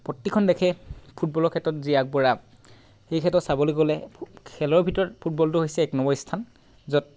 প্ৰতিখন দেশে ফুটবলৰ ক্ষেত্ৰত যি আগবঢ়া সেই ক্ষেত্ৰত চাবলৈ গ'লে খেলৰ ভিতৰত ফুটবলটো হৈছে এক নম্বৰ স্থান য'ত